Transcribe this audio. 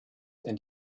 and